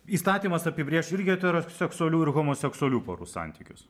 įstatymas apibrėš ir heteroseksualių ir homoseksualių porų santykius